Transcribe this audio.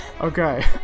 Okay